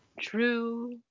true